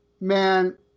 Man